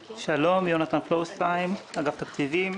שלום, אני יונתן פלורסהיים, מאגף תקציבים.